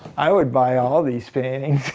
i would buy all of these paintings.